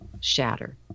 shatter